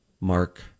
Mark